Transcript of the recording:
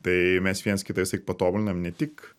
tai mes viens kitą visąlaik patobulinam ne tik